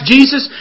Jesus